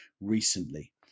recently